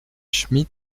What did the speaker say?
schmid